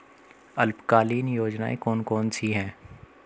अल्पकालीन योजनाएं कौन कौन सी हैं?